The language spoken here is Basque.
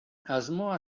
asmoa